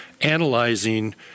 analyzing